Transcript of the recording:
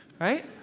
Right